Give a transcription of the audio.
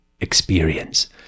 experience